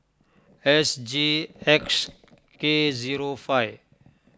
S G X K zero five